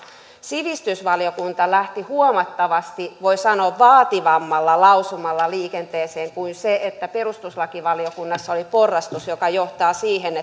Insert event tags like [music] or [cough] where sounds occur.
sivistysvaliokunta lähti huomattavasti voi sanoa vaativammalla lausumalla liikenteeseen verrattuna siihen että perustuslakivaliokunnassa oli porrastus joka johtaa siihen [unintelligible]